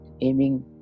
aiming